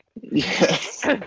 Yes